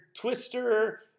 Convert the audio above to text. twister